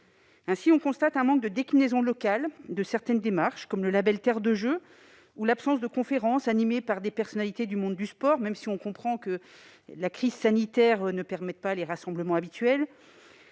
CDOS. On constate ainsi un manque de déclinaison locale de certaines démarches, comme le label « Terre de Jeux 2024 » ou l'absence de conférences animées par des personnalités du monde du sport, même si on comprend que la crise sanitaire ne permette pas les rassemblements habituels.